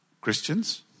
Christians